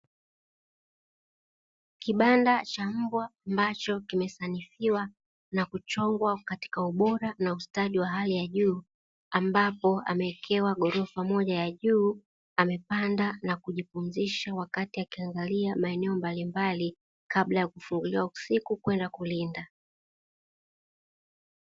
Kibanda cha mbwa ambacho kimesanifiwa na kuchongwa katika ubora na ustadi wa hali ya juu, ambapo amewekewa ghorofa moja ya juu amepanda na kujipumzisha wakati akiangalia maeneo mbalimbali kabla ya kufunguliwa usiku kwenda kulinda.